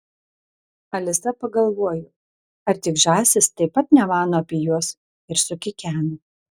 alisa pagalvojo ar tik žąsys taip pat nemano apie juos ir sukikeno